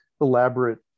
elaborate